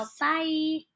Bye